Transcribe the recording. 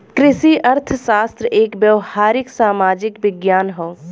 कृषि अर्थशास्त्र एक व्यावहारिक सामाजिक विज्ञान हौ